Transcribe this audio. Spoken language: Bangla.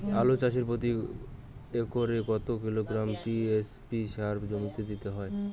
আলু চাষে প্রতি একরে কত কিলোগ্রাম টি.এস.পি সার জমিতে দিতে হয়?